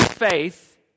Faith